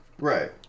Right